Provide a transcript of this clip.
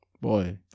Boy